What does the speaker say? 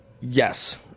Yes